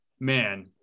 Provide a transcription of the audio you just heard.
man